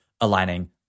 aligning